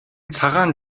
цагаан